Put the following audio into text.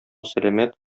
сәламәт